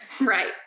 Right